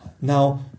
Now